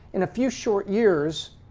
in a few short years,